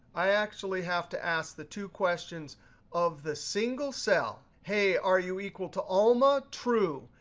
i actually have to ask the two questions of the single cell. hey, are you equal to alma? true.